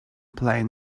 playing